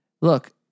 Look